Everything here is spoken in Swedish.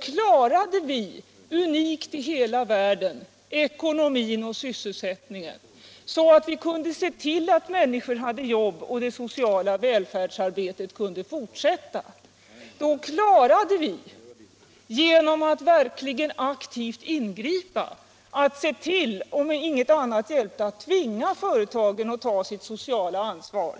klarade vi — unikt i hela världen — ekonomin och sysselsättningen så att vi kunde se till att människor hade jobb och det sociala välfärdsarbetet kunde fortsätta. Genom att verkligen aktivt ingripa tvingade vi företagen — om ingenting annat hjälpte — att ta sitt sociala ansvar.